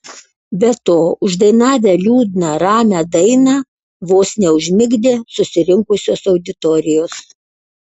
be to uždainavę liūdną ramią dainą vos neužmigdė susirinkusios auditorijos